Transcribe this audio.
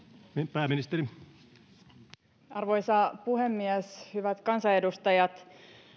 arvoisa puhemies hyvät kansanedustajat